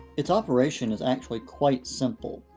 its operation is actually quite simple.